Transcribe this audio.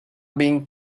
being